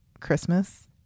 Christmas